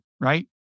right